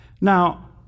Now